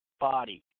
body